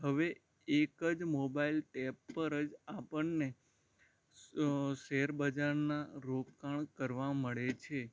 હવે એક જ મોબાઈલ એપ પર જ આપણને શેરબજારનાં રોકાણ કરવા મળે છે